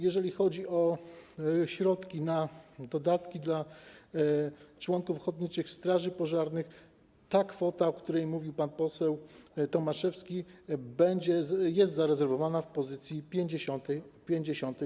Jeżeli chodzi o środki na dodatki dla członków ochotniczych straży pożarnych, to kwota, o której mówił pan poseł Tomaszewski, jest zarezerwowana w pozycji 56.